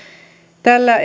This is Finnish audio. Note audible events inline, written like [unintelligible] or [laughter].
tällä [unintelligible]